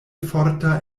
forta